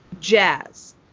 Jazz